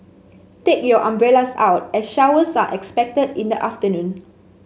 take your umbrellas out as showers are expected in the afternoon